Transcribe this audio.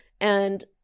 and-